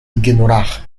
ignorar